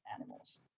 animals